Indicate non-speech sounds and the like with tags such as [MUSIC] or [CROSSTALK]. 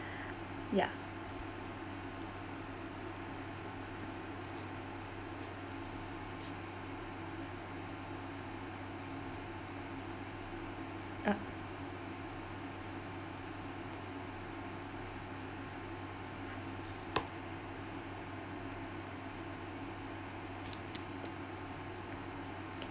yeah [NOISE]